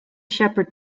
shepherd